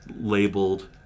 labeled